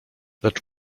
lecz